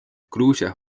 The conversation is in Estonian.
gruusia